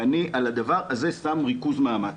שאני על הדבר הזה שם ריכוז מאמץ,